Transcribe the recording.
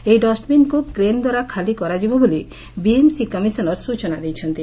ଏହି ଡଷ୍ବିନ୍କୁ କ୍ରେନ୍ ଦ୍ୱାରା ଖାଲି କରାଯିବ ବୋଲି ବିଏମ୍ସି କମିଶନର ସ୍ଚନା ଦେଇଛନ୍ତି